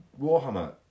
Warhammer